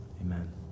amen